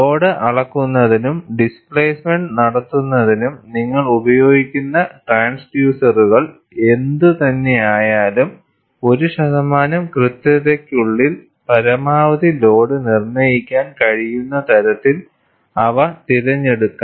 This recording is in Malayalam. ലോഡ് അളക്കുന്നതിനും ഡിസ്പ്ലേസ്മെന്റ് നടത്തുന്നതിനും നിങ്ങൾ ഉപയോഗിക്കുന്ന ട്രാൻസ്ഡ്യൂസറുകൾ എന്തുതന്നെയായാലും ഒരു ശതമാനം കൃത്യതയ്ക്കുള്ളിൽ പരമാവധി ലോഡ് നിർണ്ണയിക്കാൻ കഴിയുന്ന തരത്തിൽ അവ തിരഞ്ഞെടുക്കാം